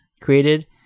created